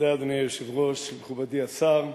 אדוני היושב-ראש, תודה, מכובדי השר,